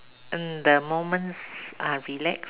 and the moments are relax